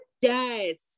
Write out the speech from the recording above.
Yes